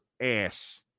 ass